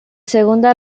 segunda